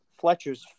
Fletcher's